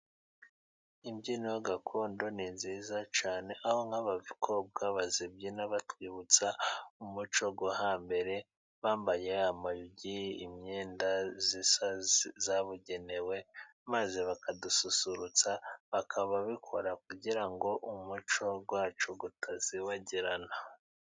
Imbyino gakondo ni nziza cyane, aho nk'abakobwa bazibyina batwibutsa umuco wo hambere, bambaye amayugi, imyenda isa, yabugenewe, maze bakadususurutsa, bakaba babikora, kugira ngo umuco wacu utazibagirana.